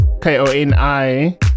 k-o-n-i